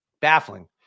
Baffling